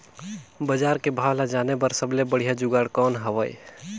बजार के भाव ला जाने बार सबले बढ़िया जुगाड़ कौन हवय?